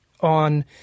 on